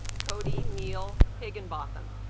cody neil higginbotham